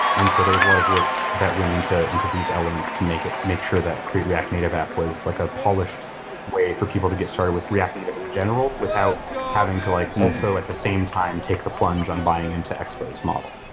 and so there was a lot of work that went into into these elements to make sure that create react native app was like a polished way for people to get started with react native in general without having to like also, at the same time, take the plunge on buying into expo's model.